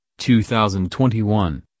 2021